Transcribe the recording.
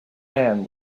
man